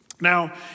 Now